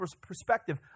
perspective